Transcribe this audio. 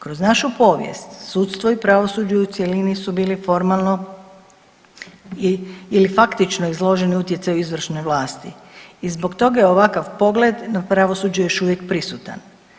Kroz našu povijest sudstvo i pravosuđe u cjelini su bili formalno ili faktično izloženi utjecaju izvršne vlasti i zbog toga je ovakav pogled na pravosuđe još uvijek prisutan.